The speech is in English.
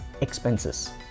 expenses